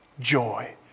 Joy